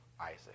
Isaac